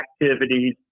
activities